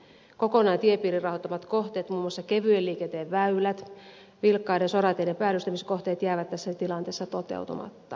kokonaan tiepiirin rahoittamat kohteet muun muassa kevyen liikenteen väylät vilkkaiden sorateiden päällystämiskohteet jäävät tässä tilanteessa toteutumatta